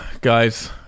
guys